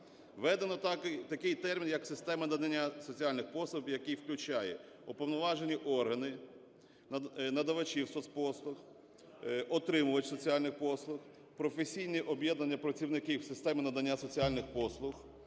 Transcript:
Введено такий термін, як "система надання соціальних послуг", який включає: уповноважені органи, надавачів соцпослуг, отримувач соціальних послуг, професійні об'єднання працівників системи надання соціальних послуг,